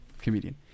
comedian